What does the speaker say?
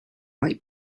might